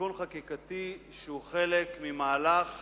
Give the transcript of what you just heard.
תיקון חקיקתי שהוא חלק ממהלך